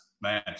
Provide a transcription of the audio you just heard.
Man